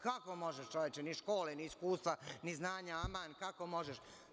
Kako možeš čoveče, ni škole, ni iskustva, ni znanja, aman, kako možeš?